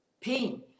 pain